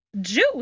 juice